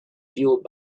fueled